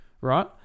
Right